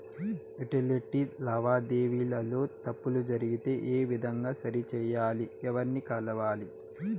Utility లావాదేవీల లో తప్పులు జరిగితే ఏ విధంగా సరిచెయ్యాలి? ఎవర్ని కలవాలి?